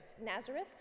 Nazareth